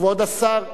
כבוד השר,